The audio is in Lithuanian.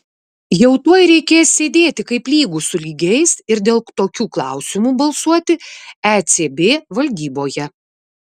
jau tuoj reikės sėdėti kaip lygūs su lygiais ir dėl tokių klausimų balsuoti ecb valdyboje